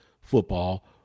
Football